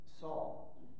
Saul